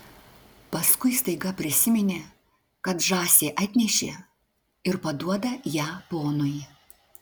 paskui staiga prisiminė kad žąsį atnešė ir paduoda ją ponui